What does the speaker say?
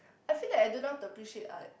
I feel like I don't know how to appreciate art